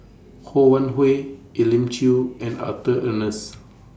Ho Wan Hui Elim Chew and Arthur Ernest